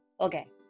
Okay